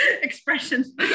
expressions